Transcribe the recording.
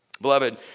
Beloved